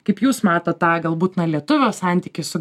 kaip jūs matot tą galbūt na lietuvio santykį su